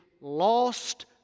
lost